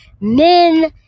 men